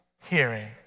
hearing